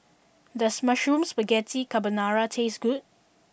does Mushroom Spaghetti Carbonara taste good